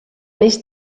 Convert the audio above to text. més